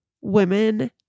women